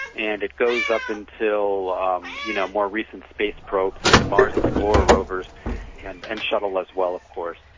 and it goes up until um you know more recent space probes, the mars explorer rovers and and shuttle as well of course.